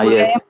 Yes